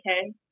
okay